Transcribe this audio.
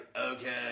okay